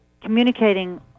communicating